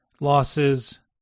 losses